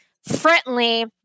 friendly